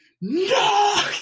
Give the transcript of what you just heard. no